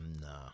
Nah